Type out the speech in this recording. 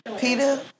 Peter